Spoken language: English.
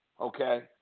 okay